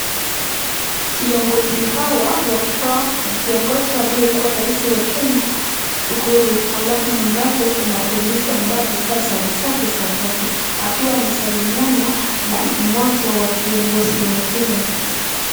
Viongozi hawa wakiongozwa na aliyekuwa rais wa Kenya Uhuru alafu nyuma yake kuna polisi ambaye amevaa sare zake za kazi akiwa anasalimiana na mmoja wa kiongozi wengine.